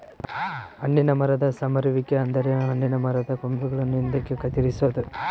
ಹಣ್ಣಿನ ಮರದ ಸಮರುವಿಕೆ ಅಂದರೆ ಹಣ್ಣಿನ ಮರದ ಕೊಂಬೆಗಳನ್ನು ಹಿಂದಕ್ಕೆ ಕತ್ತರಿಸೊದು